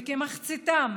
וכמחציתם